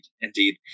indeed